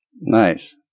Nice